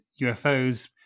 UFOs